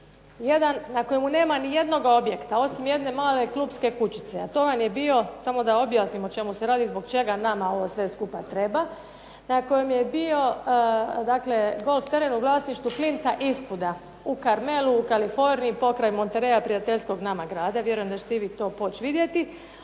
na kojemu nema n ijednoga objekta osim jedne male klupske kućice, a to vam je bio, samo da objasnim o čemu se radi, zbog čega nama ovo sve skupa treba, na kojem je bio dakle golf teren u vlasništvu Clinta Eastwooda u Carmelu, u Kaliforniji pokraj Monterreya, prijateljskog nama grada. Vjerujem da ćete i vi to poći vidjeti.